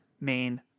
main